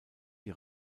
die